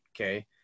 Okay